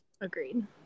Agreed